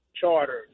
Charters